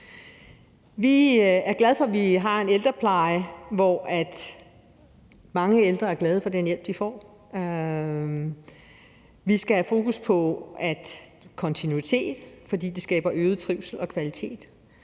Vi er glade for, at vi har en ældrepleje, hvor mange ældre er glade for den hjælp, de får. Vi skal have fokus på kontinuitet, fordi det skaber øget trivsel og kvalitet,